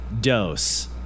dose